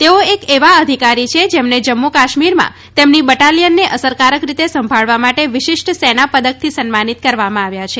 તેઓ એક એવા અધિકારી છે જેમને જમ્મુ કાશ્મિરમાં તેમની બટાલિયનને અસરકારક રીતે સંભાળવા માટે વિશિષ્ટ એનાપદકથી સન્માનિત કરવામાં આવ્યા છે